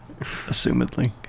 assumedly